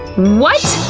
what!